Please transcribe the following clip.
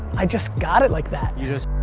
i just got it like that. you just.